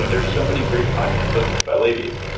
and there so many great podcasts ah so by ladies,